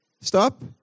stop